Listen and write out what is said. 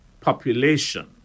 population